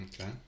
Okay